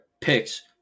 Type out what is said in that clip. picks